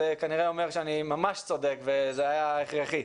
זה כנראה אומר שאני ממש צודק וזה היה הכרחי.